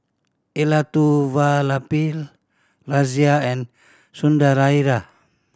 Elattuvalapil Razia and Sundaraiah